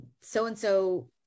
so-and-so